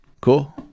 Cool